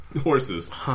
horses